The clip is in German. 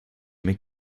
mir